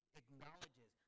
acknowledges